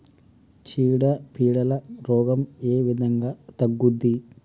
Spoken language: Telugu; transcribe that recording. చీడ పీడల రోగం ఏ విధంగా తగ్గుద్ది?